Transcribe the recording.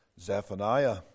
Zephaniah